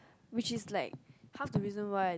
which is like half to reason why